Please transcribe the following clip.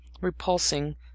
repulsing